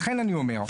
לכן אני אומר,